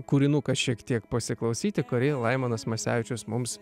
kūrinuką šiek tiek pasiklausyti kuri laimonas masevičius mums